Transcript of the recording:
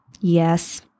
yes